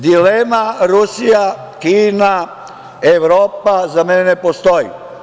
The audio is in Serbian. Dilema Rusija, Kina, Evropa za mene ne postoji.